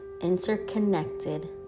interconnected